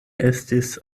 estis